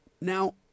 now